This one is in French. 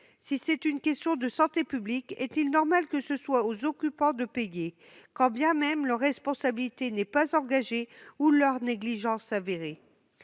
bien d'une question de santé publique, revient-il vraiment aux occupants de payer, quand bien même leur responsabilité n'est pas engagée ni leur négligence avérée ?